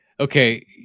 Okay